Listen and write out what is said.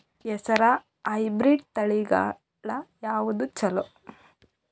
ಹೆಸರ ಹೈಬ್ರಿಡ್ ತಳಿಗಳ ಯಾವದು ಚಲೋ?